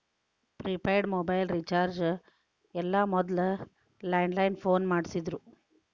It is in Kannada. ಪ್ರಿಪೇಯ್ಡ್ ಮೊಬೈಲ್ ರಿಚಾರ್ಜ್ ಎಲ್ಲ ಮೊದ್ಲ ಲ್ಯಾಂಡ್ಲೈನ್ ಫೋನ್ ಮಾಡಸ್ತಿದ್ರು